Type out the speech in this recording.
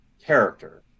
character